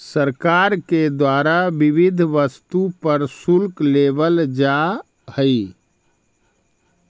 सरकार के द्वारा विविध वस्तु पर शुल्क लेवल जा हई